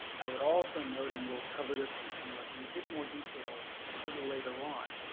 i would also note and will cover this you know like and bit more detail a little later on.